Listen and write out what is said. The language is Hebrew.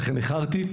השר אליהו,